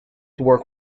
work